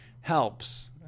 helps